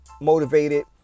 motivated